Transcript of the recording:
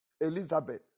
Elizabeth